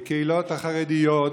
לקהילות החרדיות,